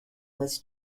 was